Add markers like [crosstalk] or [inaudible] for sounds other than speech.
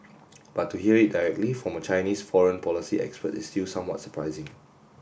[noise] but to hear it directly from a Chinese foreign policy expert is still somewhat surprising